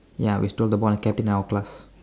ya we stole the football and kept it in our class